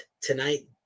tonight